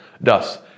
Thus